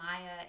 Maya